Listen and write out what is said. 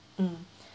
mm